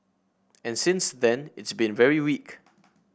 and since then it's been very weak